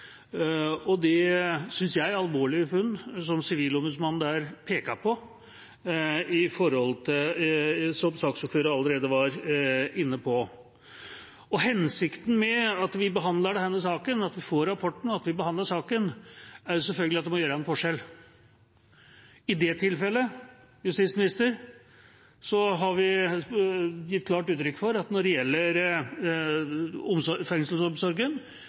og de alvorlige – synes jeg – funnene Sivilombudsmannen har pekt på, og som saksordføreren allerede har vært inne på. Hensikten med at vi får denne rapporten og behandler denne saken, er selvfølgelig at det må gjøre en forskjell. I det tilfellet har vi gitt klart uttrykk for at når det gjelder fengselsomsorgen,